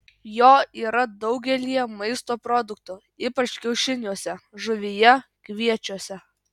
jo yra daugelyje maisto produktų ypač kiaušiniuose žuvyje kviečiuose